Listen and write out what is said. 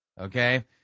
Okay